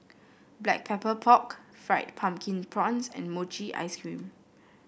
Black Pepper Pork Fried Pumpkin Prawns and Mochi Ice Cream